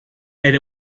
and